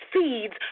seeds